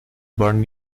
born